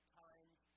times